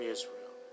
Israel